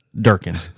Durkin